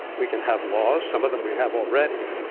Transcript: we can have laws. some of them we have already.